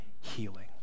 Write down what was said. healing